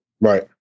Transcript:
Right